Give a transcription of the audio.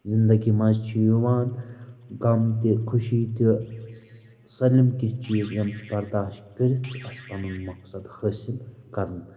زِندگی منٛز چھِ یِوان غم تہِ خوشی تہِ سٲ سٲلِم کیٚنٛہہ چیٖز یِم چھِ برداش کٔرِتھ چھِ اَسہِ پَنُن مقصَد حٲصِل کَرُن